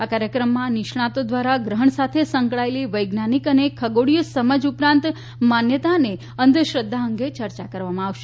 આ કાર્યક્રમમાં નિષ્ણાતો દ્વારા ગ્રહણ સાથે સંકળાયેલી વૈજ્ઞાનિક અને ખગોળીય સમજ ઉપરાંત માન્યતા અને અંધશ્રદ્ધા અંગે ચર્ચા કરવામાં આવશે